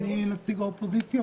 ומי נציג האופוזיציה?